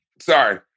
Sorry